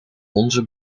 onze